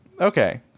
Okay